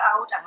out